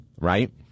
right